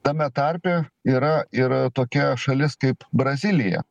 tame tarpe yra ir tokia šalis kaip brazilija